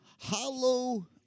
hollow